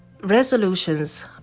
resolutions